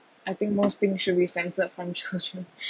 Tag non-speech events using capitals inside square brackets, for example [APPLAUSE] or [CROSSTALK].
I think most thing should be censored from children [LAUGHS]